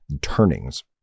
turnings